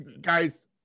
guys